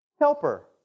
helper